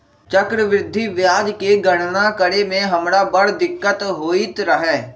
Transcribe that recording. चक्रवृद्धि ब्याज के गणना करे में हमरा बड़ दिक्कत होइत रहै